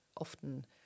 often